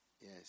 Yes